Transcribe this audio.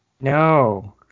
No